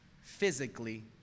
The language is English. physically